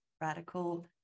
radical